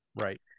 Right